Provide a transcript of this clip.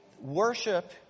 worship